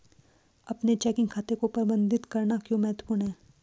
अपने चेकिंग खाते को प्रबंधित करना क्यों महत्वपूर्ण है?